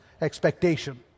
expectation